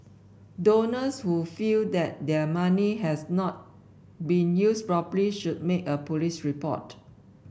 donors who feel that their money has not been used properly should make a police report